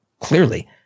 clearly